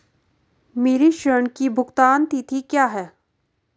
मेरे ऋण की भुगतान तिथि क्या है?